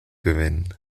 gewinnen